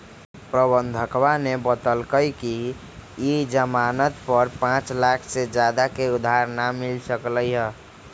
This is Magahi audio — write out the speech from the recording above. प्रबंधकवा ने बतल कई कि ई ज़ामानत पर पाँच लाख से ज्यादा के उधार ना मिल सका हई